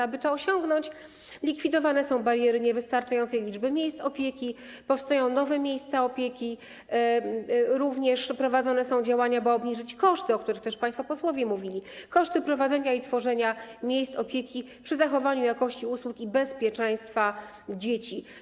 Aby to osiągnąć, likwidowane są bariery niewystarczającej liczby miejsc opieki, powstają nowe miejsca opieki, prowadzone są również działania, by obniżyć koszty, o których mówili też państwo posłowie, prowadzenia i tworzenia miejsc opieki przy zachowaniu jakości usług i bezpieczeństwa dzieci.